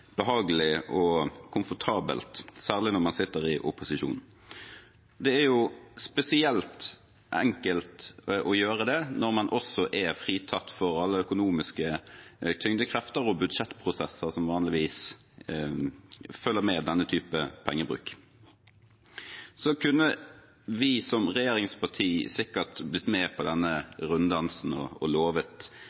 spesielt enkelt å gjøre det når man også er fritatt for alle økonomiske tyngdekrefter og budsjettprosesser som vanligvis følger med slik pengebruk. Som regjeringsparti kunne vi sikkert blitt med på denne runddansen og lovet